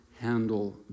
handle